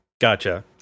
gotcha